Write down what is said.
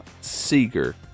Seeger